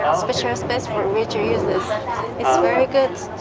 um special space for wheelchair users it's very good,